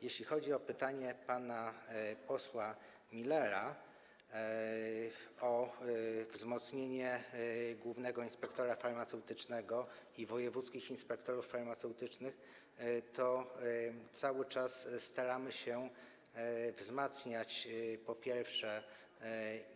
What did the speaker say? Jeśli chodzi o pytanie pana posła Millera o wzmocnienie głównego inspektora farmaceutycznego i wojewódzkich inspektorów farmaceutycznych, to cały czas staramy się wzmacniać